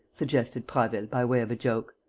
suggested prasville, by way of a joke.